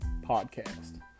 Podcast